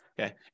okay